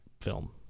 film